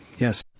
Yes